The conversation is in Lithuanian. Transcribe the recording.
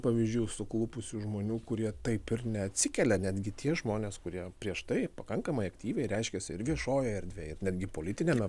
pavyzdžių suklupusių žmonių kurie taip ir neatsikelia netgi tie žmonės kurie prieš tai pakankamai aktyviai reiškėsi ir viešojoj erdvėj ir netgi politiniame